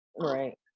right